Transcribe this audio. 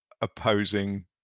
opposing